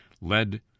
led